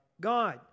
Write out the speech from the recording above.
God